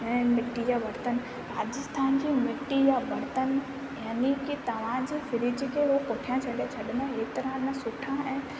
ऐं मिट्टी जा बरतनि राजस्थान जी मिट्टी जा बरतनि यानी की तव्हां जी फिर्ज खे हू पुठियां करे छॾे छॾंदा एतिरा न सुठा ऐं